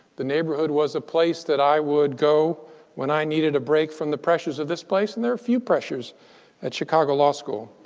the neighborhood was a place that i would go when i needed a break from the pressures of this place. and there are a few pressures at chicago law school.